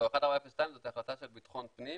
לא, 1402 זאת החלטה של בטחון פנים.